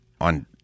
on